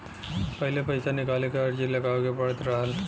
पहिले पइसा निकाले क अर्जी लगावे के पड़त रहल